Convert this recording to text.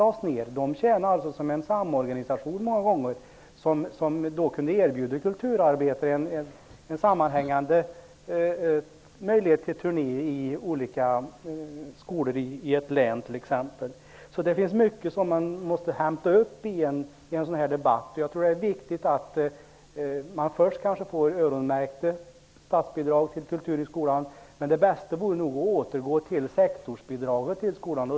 De tjänade många gånger som en samorganisation, som kunde erbjuda kulturarbetare möjligheter till sammanhängande turnéer till skolorna i länet. Det finns alltså mycket som måste komma med i en sådan här debatt. Det är viktigt att man får öronmärkta statsbidrag till kulturen i skolan. Men det bästa vore nog att återgå till sektorsbidraget till skolan.